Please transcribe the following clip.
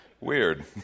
weird